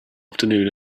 afternoon